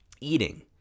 eating